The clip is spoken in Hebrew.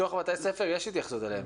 בתוך בתי ספר יש התייחסות אליהם.